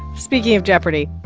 speaking of jeopardy!